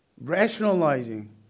Rationalizing